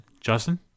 Justin